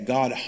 God